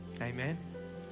Amen